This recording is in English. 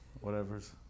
whatever's